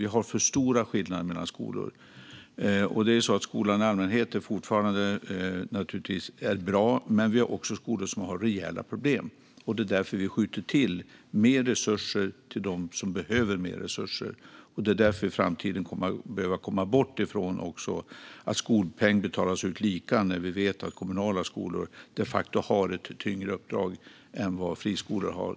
Vi har för stora skillnader mellan skolor. Skolan i allmänhet är fortfarande bra, men vi har skolor som har rejäla problem. Det är därför vi skjuter till mer resurser till de skolor som behöver mer resurser. Det är också därför vi i framtiden kommer att behöva komma bort från att skolpeng betalas ut lika när vi vet att kommunala skolor de facto har ett tyngre uppdrag än friskolor har.